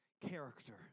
character